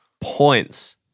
Points